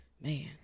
man